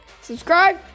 subscribe